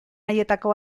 haietako